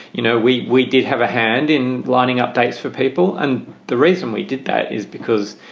you know, we we did have a hand in lining up dates for people. and the reason we did that is because,